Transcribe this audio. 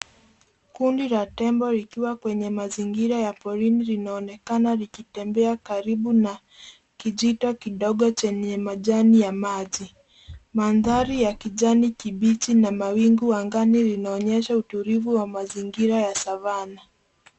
Kundi la tembo likiwa kwenye mazingira ya porini linaonekana likitembea karibu na kijito kidogo chenye majani ya maji. Mandhari ya kijani kibichi na mawingu angani linaonyesha utulivu wa mazingira ya savana.